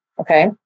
okay